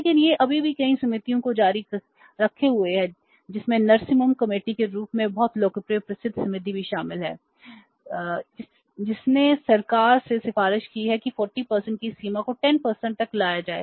लेकिन यह अभी भी कई समितियों को जारी रखे हुए है जिसमें नरसिम्हम समिति के रूप में बहुत लोकप्रिय प्रसिद्ध समिति भी शामिल है जिसने सरकार से सिफारिश की है कि 40 की इस सीमा को 10 तक लाया जाए